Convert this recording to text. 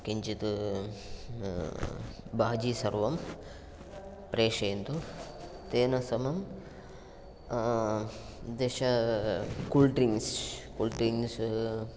किञ्चित् बाजि सर्वं प्रेषयन्तु तेन समं दश कूल् ड्रिङ्क्स् कूल् ड्रिङ्क्स्